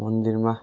मन्दिरमा